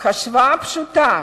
השוואה פשוטה